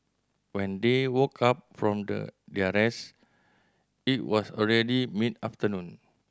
when they woke up from the their rest it was already mid afternoon